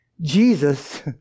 Jesus